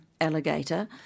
alligator